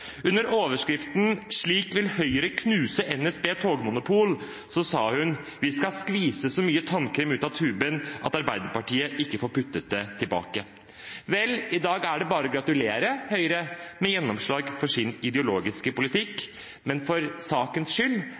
Under overskriften «Slik vil Høyre knuse NSBs togmonopol» sa hun: «Vi skal skvise så mye tannkrem ut av tuben at Ap ikke får puttet det tilbake.» Vel, i dag er det bare å gratulere Høyre med gjennomslag for sin ideologiske politikk, men for sakens skyld